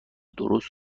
درست